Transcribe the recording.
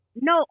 No